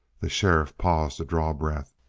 the sheriff paused to draw breath.